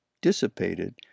dissipated